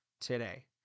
today